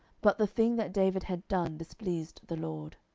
but the thing that david had done displeased the lord.